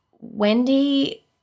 Wendy